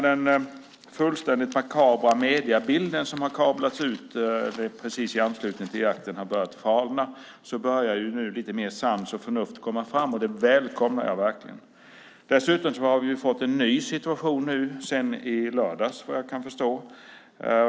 Den fullständigt makabra mediebild som kablades ut i anslutning till jakten har falnat, och sans och förnuft börjar komma fram. Det välkomnar jag verkligen. Vi har också fått en ny situation sedan i lördags, såvitt jag kan förstå.